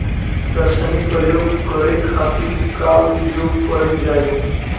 रसायनिक प्रयोग करे खातिर का उपयोग कईल जाइ?